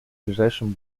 ближайшем